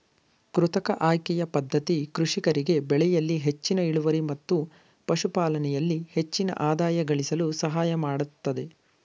ಕೃತಕ ಆಯ್ಕೆಯ ಪದ್ಧತಿ ಕೃಷಿಕರಿಗೆ ಬೆಳೆಯಲ್ಲಿ ಹೆಚ್ಚಿನ ಇಳುವರಿ ಮತ್ತು ಪಶುಪಾಲನೆಯಲ್ಲಿ ಹೆಚ್ಚಿನ ಆದಾಯ ಗಳಿಸಲು ಸಹಾಯಮಾಡತ್ತದೆ